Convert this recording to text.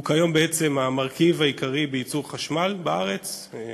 הוא כיום בעצם המרכיב העיקרי בייצור חשמל בארץ,